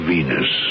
Venus